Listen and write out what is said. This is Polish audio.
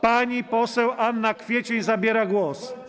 Pani poseł Anna Kwiecień zabiera głos.